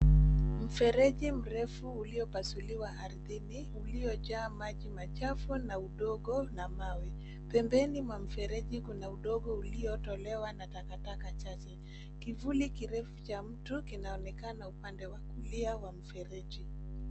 Mfereji mrefu uliopasuliwa ardhini uliojaa maji machafu na udongo na mawe. Pembeni mwa mfereji kuna udongo ilotolewa na takataka chache. Kivuli kirefu cha mtu kinaonekana upande wa kulia wa mfereji.